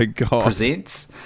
Presents